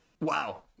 Wow